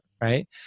right